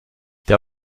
der